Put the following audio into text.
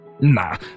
Nah